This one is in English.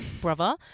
brother